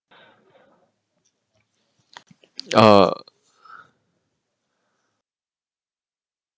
uh